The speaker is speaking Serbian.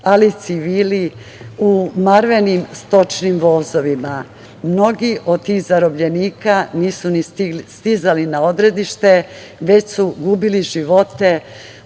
ali i civili u marvenim stočnim vozovima. Mnogi od tih zarobljenika nisu ni stizali na odredište, već su gubili živote